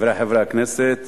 חברי חברי הכנסת,